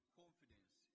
confidence